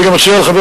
אני גם מציע לחבר